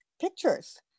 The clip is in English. pictures